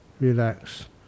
relax